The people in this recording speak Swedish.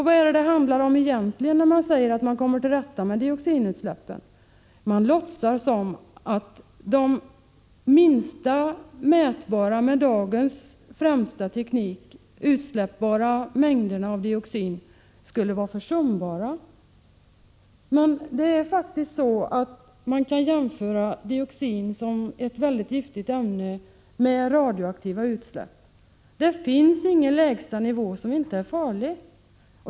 Vad handlar det om egentligen när man säger att man kommer till rätta med dioxinutsläppen? Man låtsas att de med dagens främsta teknik minsta mätbara mängderna av dioxin skulle vara försumbara. Men man kan faktiskt jämföra dioxin, som är ett väldigt giftigt ämne, med radioaktiva utsläpp. Det finns ingen lägsta nivå som inte är farlig.